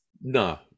No